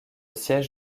siège